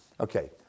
Okay